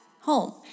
home